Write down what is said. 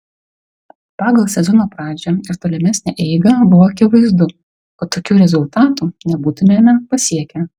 pagal sezono pradžią ir tolimesnę eigą buvo akivaizdu kad tokių rezultatų nebūtumėme pasiekę